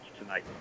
tonight